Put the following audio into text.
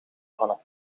vanaf